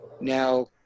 Now